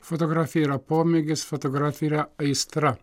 fotografija yra pomėgis fotografija yra aistra